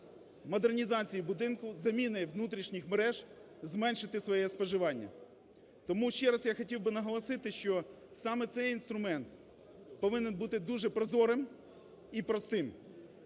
модернізації будинку, заміни внутрішніх мереж, зменшити своє споживання. Тому ще раз я хотів би наголосити, що саме цей інструмент повинен бути дуже прозорим і простим.